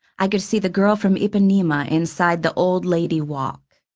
i could see the girl from ipanema inside the old-lady walk.